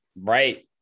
right